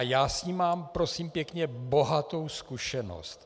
Já s ní mám prosím pěkně bohatou zkušenost.